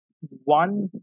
One